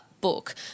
book